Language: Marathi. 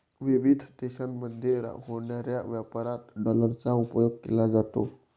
विविध देशांमध्ये होणाऱ्या व्यापारात डॉलरचा उपयोग केला जातो